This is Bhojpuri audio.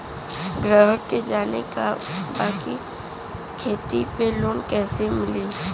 ग्राहक के जाने के बा की खेती पे लोन कैसे मीली?